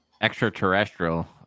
extraterrestrial